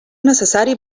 necessari